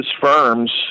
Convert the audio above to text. firms